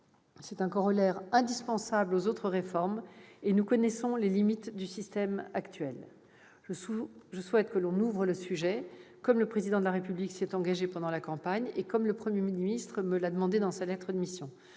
C'est un corollaire indispensable aux autres réformes et nous connaissons les limites du système actuel. Je souhaite que l'on ouvre le sujet, comme le Président de la République s'y est engagé pendant la campagne et comme le Premier ministre me l'a demandé dans sa lettre de mission.